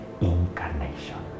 Incarnation